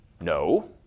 No